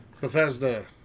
Bethesda